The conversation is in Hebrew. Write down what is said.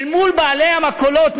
אל מול בעלי המכולות,